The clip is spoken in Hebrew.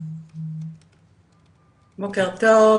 בוקר טוב.